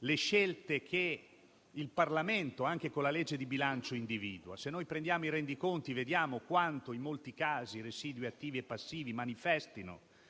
le scelte che il Parlamento, anche con la legge di bilancio, individua. Se noi prendiamo i rendiconti, vediamo quanto in molti casi i residui attivi e passivi manifestino